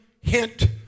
hint